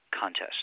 contest